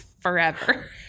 forever